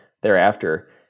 thereafter